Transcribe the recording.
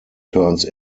turns